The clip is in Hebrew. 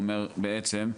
זה בעצם: